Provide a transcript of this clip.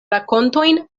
rakontojn